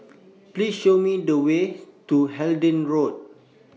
Please Show Me The Way to Hindhede Road